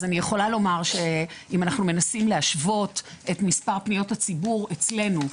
אז אני יכולה לומר שאם אנחנו מנסים להשוות את מספר פניות הציבור אצלנו,